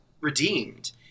redeemed